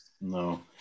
No